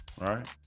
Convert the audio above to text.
right